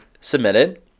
submitted